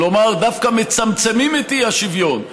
כלומר דווקא מצמצמים את האי-שוויון.